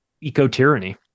eco-tyranny